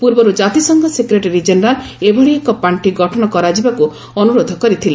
ପୂର୍ବରୁ ଜାତିସଂଘ secretary general ଏଭଳି ଏକ ପାର୍ଷି ଗଠନ କରାଯିବାକୁ ଅନୁରୋଧ କରିଥିଲେ